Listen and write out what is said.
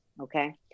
Okay